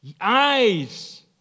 Eyes